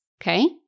Okay